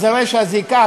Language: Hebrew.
הרי הזיקה,